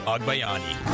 Agbayani